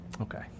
Okay